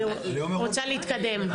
אני רוצה להתקדם.